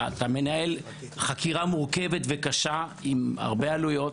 אתה מנהל חקירה מורכבת וקשה עם הרבה עלויות,